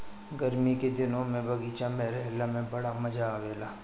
गरमी के दिने में बगीचा में रहला में बड़ा मजा आवेला